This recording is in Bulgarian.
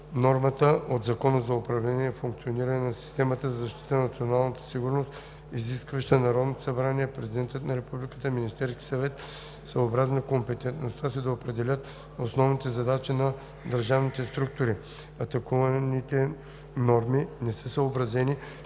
нормата от Закона за управление и функциониране на системата за защита на националната сигурност, изискваща Народното събрание, Президентът на Републиката и Министерският съвет съобразно компетентността си да определят основните задачи на държавните структури. Атакуваните норми не са съобразени